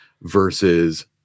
versus